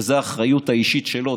וזו האחריות האישית שלו,